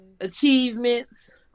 achievements